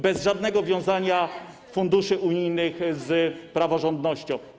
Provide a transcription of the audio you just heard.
bez żadnego wiązania funduszy unijnych z praworządnością.